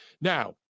Now